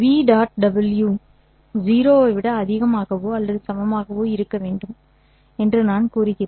¿V' ∨v' 0 0 ஐ விட அதிகமாகவோ அல்லது சமமாகவோ இருக்க வேண்டும் என்று நான் கூறுகிறேன்